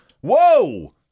whoa